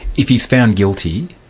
if he's found guilty,